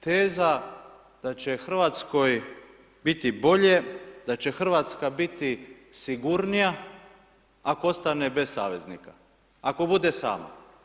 Teza da će Hrvatskoj biti bolje, da će Hrvatska biti sigurnija ako ostane bez saveznika, ako bude sama.